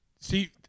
see